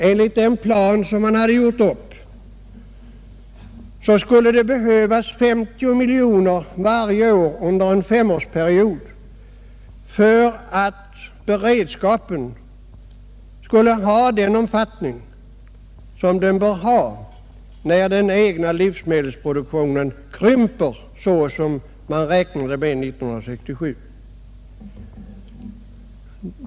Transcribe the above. Enligt den plan som man hade gjort upp skulle det behövas 50 miljoner kronor varje år under en femärsperiod för att beredskapen skulle ha den omfattning som den bör ha, när den egna livsmedelsproduktionen krymper, såsom man beräknade 1967.